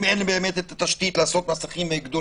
אם אין את התשתית לעשות מסכים גדולים.